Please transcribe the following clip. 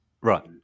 Right